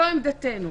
זו עמדתנו,